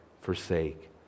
forsake